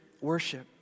worship